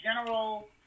general